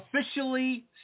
officially